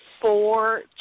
four